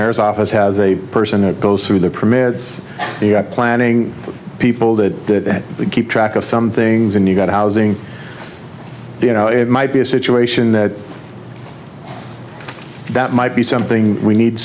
mayor's office has a person that goes through the permits planning people that we keep track of some things and you've got housing you know it might be a situation that that might be something we need